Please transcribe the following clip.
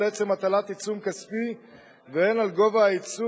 עצם הטלת עיצום כספי והן על גובה העיצום,